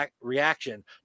reaction